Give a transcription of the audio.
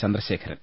Chandrasekharan